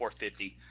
4.50